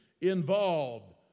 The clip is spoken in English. involved